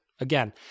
Again